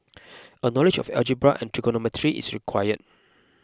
a knowledge of algebra and trigonometry is required